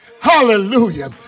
Hallelujah